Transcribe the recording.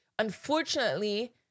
unfortunately